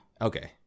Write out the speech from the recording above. Okay